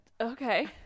Okay